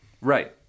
right